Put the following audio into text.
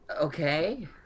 Okay